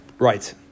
Right